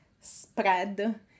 spread